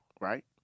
right